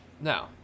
No